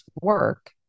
work